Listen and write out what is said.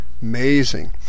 Amazing